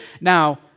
Now